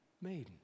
maiden